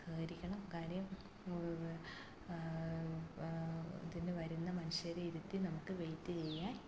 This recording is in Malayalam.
സഹകരിക്കണം കാര്യം ഇതിന് വരുന്ന മനുഷ്യരെ ഇരുത്തി നമുക്ക് വെയിറ്റ് ചെയ്യാൻ